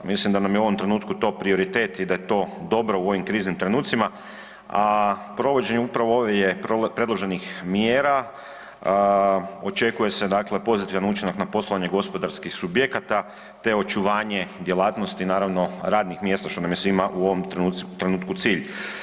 Mislim da nam je u ovom trenutku to prioritet i da je to dobro u ovim kriznim trenucima, a provođenje upravo ovih predloženih mjera očekuje se dakle pozitivan učinak na poslovanje gospodarskih subjekata te očuvanje djelatnosti naravno radnih mjesta što nam je svima u ovom trenutku cilj.